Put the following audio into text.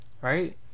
Right